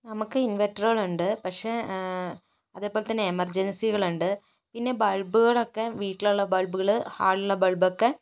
നമുക്ക് ഇൻവർട്ടറുകൾ ഉണ്ട് പക്ഷേ അതേപോലെതന്നെ എമർജൻസികൾ ഉണ്ട് പിന്നെ ബൾബുകൾ ഒക്കെ വീട്ടിലുള്ള ബൾബുകൾ ഹാളിൽ ഉള്ള ബൾബ് ഒക്കെ